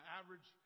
average